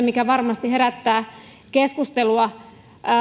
mikä varmasti herättää keskustelua